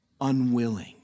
unwilling